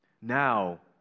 Now